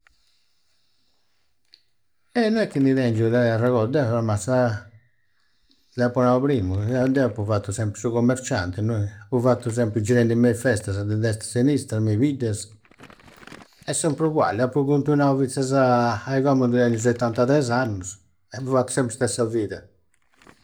Eh! No è chi di tengiu de arregodu. Deu a ma sa. D'appu nau primmu, deu appu fattu sempri su commerccianti, no è. Appu fattu sempri girendi mei festasa a destra e a sinistra, mei biddasa. È sempri ugualli. Appu continuau finzasa ai commu chi tengiu settantatres annusu e appu fattu sempri stessa vida.